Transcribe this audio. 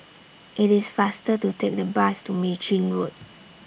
IT IS faster to Take The Bus to Mei Chin Road